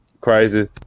Crazy